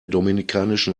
dominikanischen